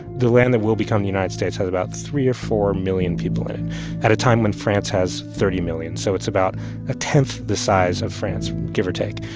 the land that will become the united states has about three or four million people in it at a time when france has thirty million. so it's about a tenth the size of france, give or take.